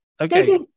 Okay